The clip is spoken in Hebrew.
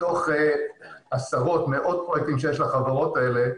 מתוך עשרות ומאות פרויקטים שיש לחברות האלה,